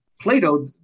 Plato